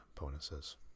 bonuses